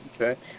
Okay